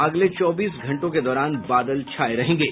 अगले चौबीस घंटों के दौरान बादल छाये रहेंगे